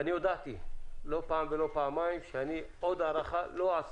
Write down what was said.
הודעתי לא פעם ולא פעמיים שאני לא אתן עוד הארכה.